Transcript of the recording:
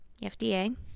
FDA